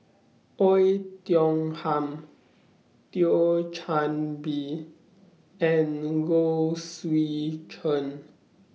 Oei Tiong Ham Thio Chan Bee and Low Swee Chen